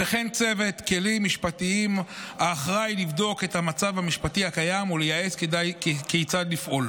צוות כלים משפטיים אחראי לבדוק את המצב המשפטי הקיים ולייעץ כיצד לפעול.